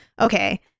okay